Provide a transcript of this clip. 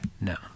No